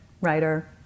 writer